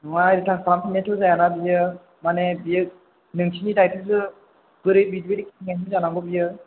नङा रिटार्न खालामफिनायथ' जायाना बियो माने बियो नोंसिनि दायथ'सो बोरै बिदि खेंनायजों जानांगौ बेयो